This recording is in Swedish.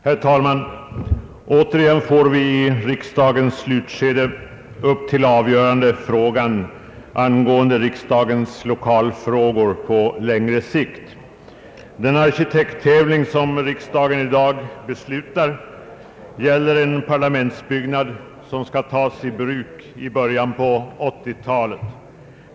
Herr talman! Återigen får vi i riksdagens slutskede upp till avgörande frågan angående riksdagens lokalfrågor på längre sikt. Den arkitekttävling som riksdagen i dag beslutar gäller en parlamentsbyggnad som skall tas i bruk i början av 1980-talet.